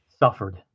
Suffered